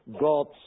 God's